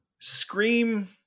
scream